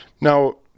Now